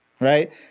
right